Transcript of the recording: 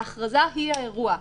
ההכרזה היא האירוע,